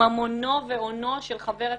ממונו והונו של חבר הכנסת,